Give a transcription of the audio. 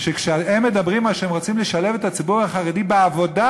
שכשהם מדברים על כך שהם רוצים לשלב את הציבור החרדי בעבודה,